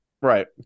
right